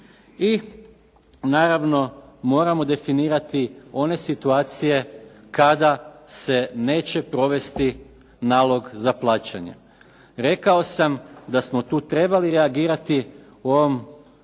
I naravno moramo definirati one situacije kada se neće provesti nalog za plaćanje. Rekao sam da smo tu trebali reagirati u ovom